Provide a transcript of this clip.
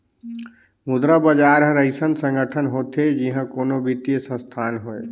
मुद्रा बजार हर अइसन संगठन होथे जिहां कोनो बित्तीय संस्थान होए